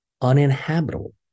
uninhabitable